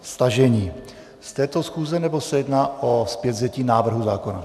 Stažení z této schůze, nebo se jedná o zpětvzetí návrhu zákona?